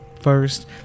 first